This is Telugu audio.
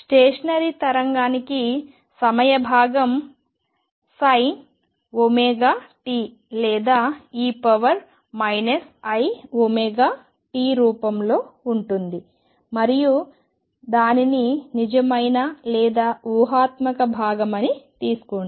స్టేషనరీ తరంగానికి సమయం భాగం sin ωt లేదా e iωt రూపంలో ఉంటుంది మరియు దానిని నిజమైన లేదా ఊహాత్మక భాగమని తీసుకోండి